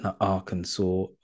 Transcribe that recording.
arkansas